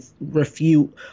refute